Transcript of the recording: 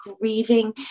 grieving